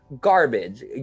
garbage